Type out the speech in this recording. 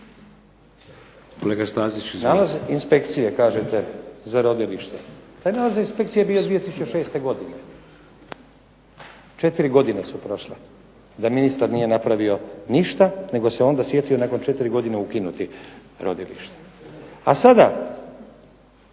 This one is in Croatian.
Nalazi inspekcije kažete za rodilišta. Taj nalaz inspekcije je bio 2006. godine, 4 godine su prošle da ministar nije napravio ništa nego se onda sjetio nakon 4 godine ukinuti rodilište. A sada